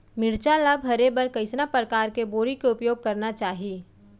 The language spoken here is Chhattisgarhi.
मिरचा ला भरे बर कइसना परकार के बोरी के उपयोग करना चाही?